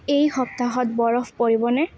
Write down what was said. এই সপ্তাহত বৰফ পৰিবনে